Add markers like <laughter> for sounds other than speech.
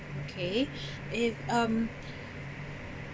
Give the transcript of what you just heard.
okay <breath> if um